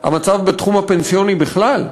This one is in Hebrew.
המצב בתחום הפנסיוני בכלל,